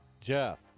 Jeff